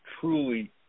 truly